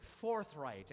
forthright